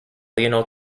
lionel